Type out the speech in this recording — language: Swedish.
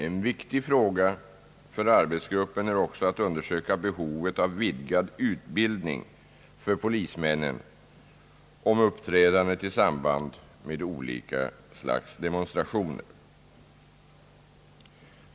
En viktig fråga för arbetsgruppen är också att undersöka behovet av vidgad utbildning för polismännen angående uppträdandet i samband med olika slags demonstrationer.